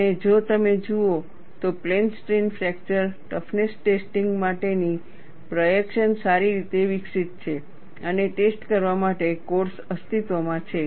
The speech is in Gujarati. અને જો તમે જુઓ તો plane strain fracture toughness testing માટેની પ્રએક્શન સારી રીતે વિકસિત છે અને ટેસ્ટ કરવા માટે કોડ્સ અસ્તિત્વમાં છે